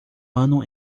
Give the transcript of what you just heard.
ano